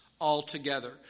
altogether